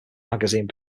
magazine